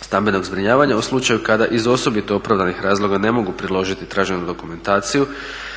stambenog zbrinjavanja u slučaju kada iz osobito opravdanih razloga ne mogu priložiti traženu dokumentaciju